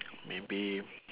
maybe